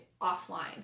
offline